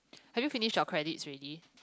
have you finish your credit already